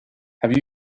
have